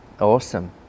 Awesome